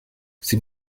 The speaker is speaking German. sie